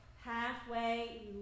Halfway